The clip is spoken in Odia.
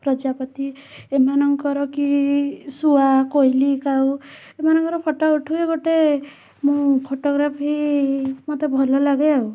ପ୍ରଜାପତି ଏମାନଙ୍କର କି ଶୁଆ କୋଇଲି କାଉ ଏମାନଙ୍କର ଫଟୋ ଉଠାଏ ଗୋଟେ ମୁଁ ଫଟୋଗ୍ରାଫି ମୋତେ ଭଲ ଲାଗେ ଆଉ